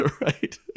Right